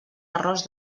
arròs